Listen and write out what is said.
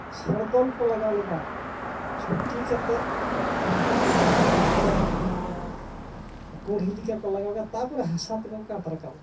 ᱥᱚᱨ ᱫᱚᱞ ᱠᱚ ᱞᱟᱜᱟᱣ ᱞᱮᱫᱟ ᱪᱷᱩᱴᱤ ᱠᱟᱛᱮ ᱠᱷᱩᱱᱴᱤ ᱚᱱᱟ ᱪᱮᱛᱟᱱ ᱨᱮ ᱚᱱᱟ ᱠᱚᱲᱤ ᱞᱮᱠᱟ ᱠᱚ ᱞᱟᱜᱟᱣ ᱠᱮᱫᱟ ᱛᱟᱯᱚᱨᱮ ᱦᱟᱥᱟ ᱛᱮᱠᱚ ᱠᱟᱸᱛ ᱨᱟᱠᱟᱵ ᱠᱟᱫᱟ